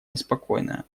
неспокойная